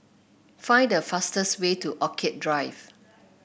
find the fastest way to Orchid Drive